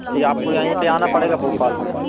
जी आपको यहीं पर आना पड़ेगा भोपाल में